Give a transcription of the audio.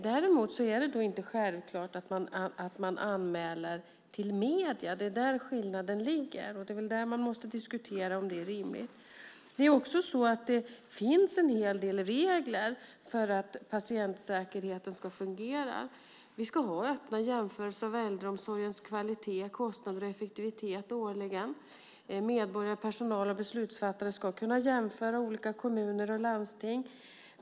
Däremot är det inte självklart att man anmäler till medierna. Det är där skillnaden ligger, och det är där man måste diskutera om det är rimligt. Det finns en hel del regler för att patientsäkerheten ska fungera. Vi ska årligen ha öppna jämförelser av äldreomsorgens kvalitet, kostnader och effektivitet. Medborgare, personal och beslutsfattare ska kunna jämföra olika kommuner och landsting.